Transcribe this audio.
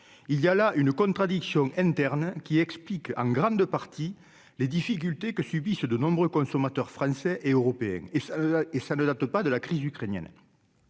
il y a là une contradiction interne qui explique en grande partie les difficultés que subissent de nombreux consommateurs français et européens et ça et ça ne date pas de la crise ukrainienne,